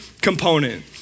component